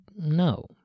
no